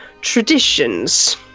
traditions